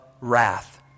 wrath